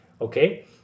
okay